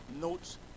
notes